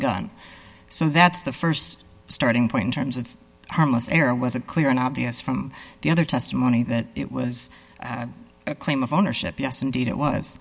gun so that's the st starting point in terms of harmless error and wasn't clear and obvious from the other testimony that it was a claim of ownership yes indeed it was